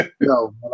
no